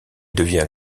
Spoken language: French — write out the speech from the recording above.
devient